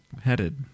headed